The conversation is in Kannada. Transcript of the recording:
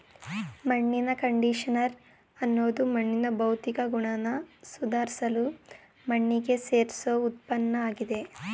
ಮಣ್ಣಿನ ಕಂಡಿಷನರ್ ಅನ್ನೋದು ಮಣ್ಣಿನ ಭೌತಿಕ ಗುಣನ ಸುಧಾರ್ಸಲು ಮಣ್ಣಿಗೆ ಸೇರ್ಸೋ ಉತ್ಪನ್ನಆಗಿದೆ